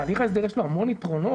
להליך ההסדר יש המון יתרונות.